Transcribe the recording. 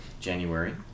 January